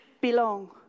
Belong